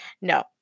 no